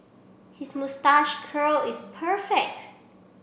his moustache curl is perfect